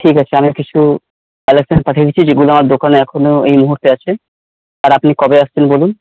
ঠিক আছে আমি কিছু কালেকশন পাঠিয়ে দিচ্ছি যেগুলো আমার দোকানে এখনও এই মুহুর্তে আছে আর আপনি কবে আসছেন বলুন